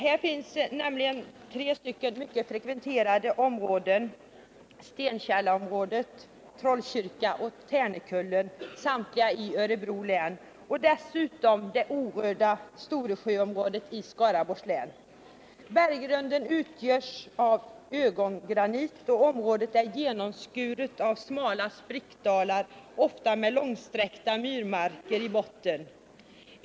Här finns tre mycket frekventerade områden, nämligen reservaten Stenkälla, Trollkyrka och Tärnekullen, samtliga i Örebro län, samt det orörda Storesjöområdet i Skaraborgs län. Berggrunden inom detta område utgörs av ögongranit, och området är genomskuret av smala djupa sprickdalar, ofta med långsträckta myrmarker i botten.